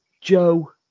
Joe